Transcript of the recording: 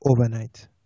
overnight